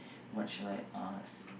what should I ask